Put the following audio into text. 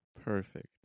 Perfect